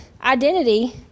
identity